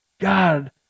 God